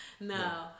No